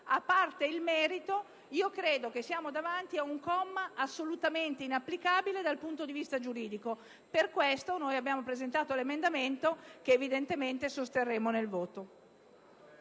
A parte il merito, siamo davanti a un comma assolutamente inapplicabile dal punto di vista giuridico. Per questo abbiamo presentato l'emendamento, che sosterremo nel voto.